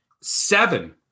Seven